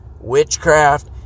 witchcraft